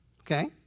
Okay